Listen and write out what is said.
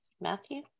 Matthew